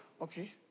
okay